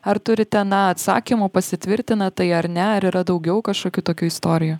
ar turite na atsakymų pasitvirtina tai ar ne ar yra daugiau kažkokių tokių istorijų